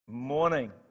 morning